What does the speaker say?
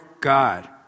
God